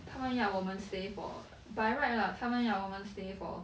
他们要我们 stay for err by right lah 他们要我们 stay for